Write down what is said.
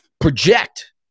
project